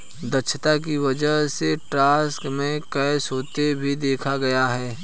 दक्षता की वजह से स्टॉक में क्रैश होते भी देखा गया है